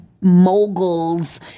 moguls